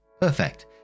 Perfect